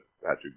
Patrick